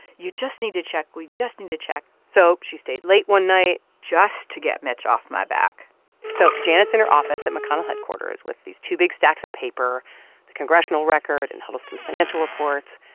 you just need to check. we just need to check so she stayed late one night just to get mitch off my back so janet's in her office at mcconnell headquarters with these two big stacks of paper the congressional record and huddleston's financial reports.